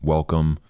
Welcome